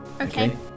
Okay